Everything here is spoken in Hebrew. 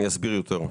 אני אסביר יותר.